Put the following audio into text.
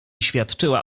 świadczyła